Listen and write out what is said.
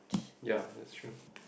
ya that's true